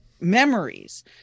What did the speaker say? Memories